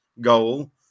goal